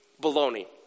baloney